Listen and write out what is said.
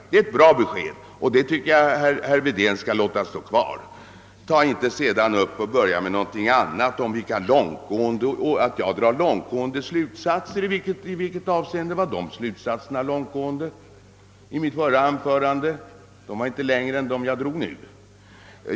Det är ett bra besked som jag tycker att herr Wedén skall hålla fast vid. Kom sedan inte och säg att jag drar långtgående slutsatser! I vilket avseende var slutsatserna i mitt förra anförande långtgående? De var inte längre än dem jag nu drog.